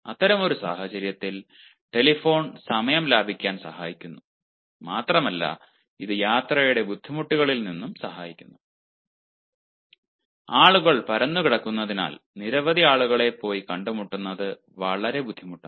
അത്തരമൊരു സാഹചര്യത്തിൽ ടെലിഫോൺ സമയം ലാഭിക്കാൻ സഹായിക്കുന്നു മാത്രമല്ല ഇത് യാത്രയുടെ ബുദ്ധിമുട്ടുകളിൽ നിന്നും സഹായിക്കുന്നു ആളുകൾ പരന്നുകിടക്കുന്നതിനാൽ നിരവധി ആളുകളെ പോയി കണ്ടുമുട്ടുന്നത് വളരെ ബുദ്ധിമുട്ടാണ്